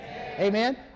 Amen